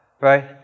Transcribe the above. right